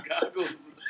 goggles